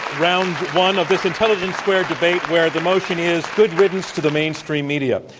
round one of this intelligence squared debate where the motion is, good riddance to the mainstream media.